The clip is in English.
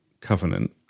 covenant